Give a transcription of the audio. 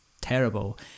terrible